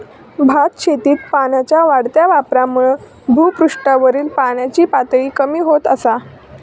भातशेतीत पाण्याच्या वाढत्या वापरामुळा भुपृष्ठावरील पाण्याची पातळी कमी होत असा